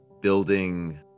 building